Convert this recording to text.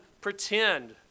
pretend